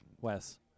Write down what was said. Wes